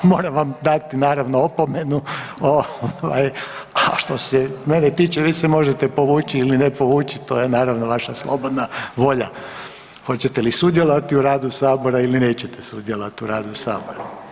A moram vam dati naravno opomenu, a što se mene tiče vi se možete povući ili ne povući to je naravno vaša slobodna volja hoćete li sudjelovati u radu Sabora ili nećete sudjelovati u radu Sabora.